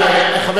חבר